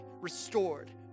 restored